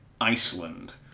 Iceland